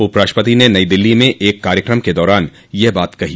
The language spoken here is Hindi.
उपराष्ट्रपति ने नई दिल्ली में एक कार्यक्रम के दौरान यह बात कही